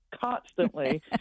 constantly